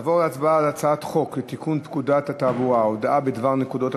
נעבור להצבעה על הצעת חוק לתיקון פקודת התעבורה (הודעה בדבר נקודות),